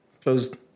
closed